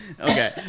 Okay